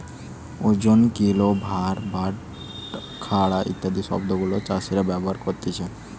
ওজন, কিলো, ভার, বাটখারা ইত্যাদি শব্দ গুলা চাষীরা ব্যবহার করতিছে